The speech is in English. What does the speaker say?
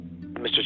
Mr